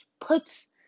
puts